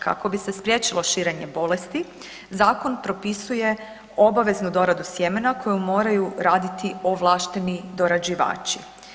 Kako bi se spriječilo širenje bolesti zakon propisuje obaveznu doradu sjemena koju moraju raditi ovlašteni dorađivači.